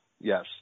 yes